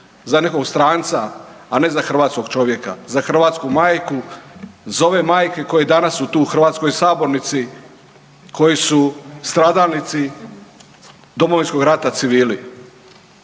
za nekog stranca, a ne za hrvatskog čovjeka, za hrvatsku majku, za ove majke koje danas su tu u hrvatskoj sabornici koji su stradalnici Domovinskog rata civili